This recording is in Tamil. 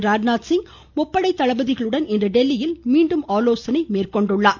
ராஜ்நாத் சிங் முப்படை தளபதிகளுடன் இன்று டெல்லியில் மீண்டும் ஆலோசனை மேற்கொண்டுள்ளார்